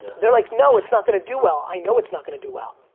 they're like, no, it's not gonna do well. i know it's not gonna do well.